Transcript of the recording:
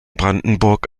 brandenburg